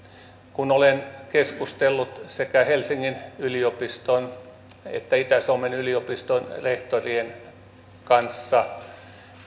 kun olen keskustellut sekä helsingin yliopiston että itä suomen yliopiston rehtorien kanssa